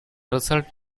result